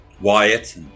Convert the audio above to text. Wyatt